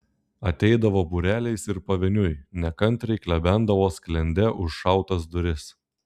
ateidavo būreliais ir pavieniui nekantriai klebendavo sklende užšautas duris